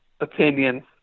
opinion